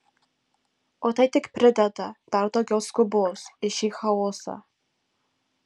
o tai tik prideda dar daugiau skubos į šį chaosą